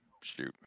shoot